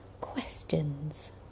Questions